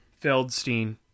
Feldstein